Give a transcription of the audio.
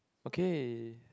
okay